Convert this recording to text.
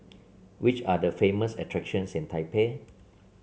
which are the famous attractions in Taipei